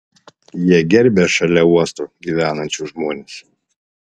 jie gerbia šalia uosto gyvenančius žmones